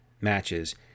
matches